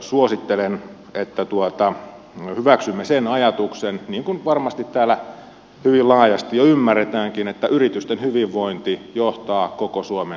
suosittelen että hyväksymme sen ajatuksen niin kuin varmasti täällä hyvin laajasti jo ymmärretäänkin että yritysten hyvinvointi johtaa koko suomen hyvinvointiin